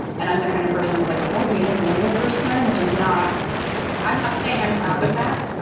and i'm the kind of person that's like, what, you didn't hear me the first time? which is not i'm not saying i'm proud of that,